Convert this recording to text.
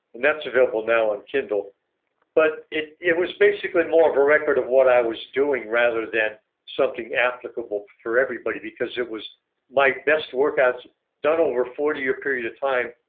and that's available now on kindle but it it was basically more of a record of what i was doing rather than something applicable for everybody, because it was my best workouts done over forty year period of time.